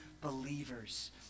believers